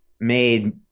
made